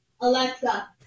Alexa